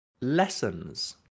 lessons